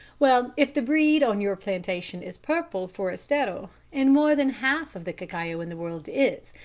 well, if the breed on your plantation is purple forastero, and more than half of the cacao in the world is,